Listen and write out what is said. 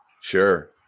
Sure